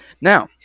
Now